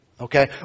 Okay